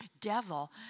devil